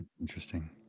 Interesting